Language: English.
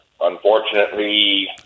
unfortunately